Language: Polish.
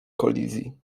kolizji